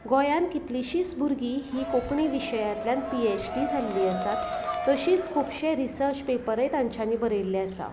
गोंयान कितलींशींच भुरगीं ही कोंकणी विशयांतल्यान पी एच डी जाल्लीं आसात तशीच खुबशे रिसर्च पेपरय तांच्यानी बरयल्ले आसात